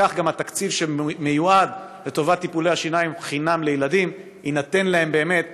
וכך גם התקציב שמיועד לטיפולי שיניים חינם לילדים יינתן להם באמת,